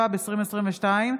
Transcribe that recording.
התשפ"ב 2022,